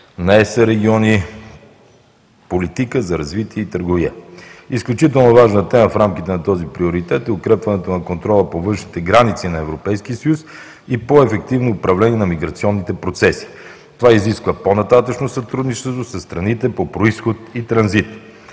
на ЕС региони, политика за развитие и търговия. Изключително важна тема в рамките на този приоритет е укрепването на контрола по външните граници на Европейския съюз и по-ефективно управление на миграционните процеси. Това изисква по-нататъшно сътрудничество със страните по произход и транзит.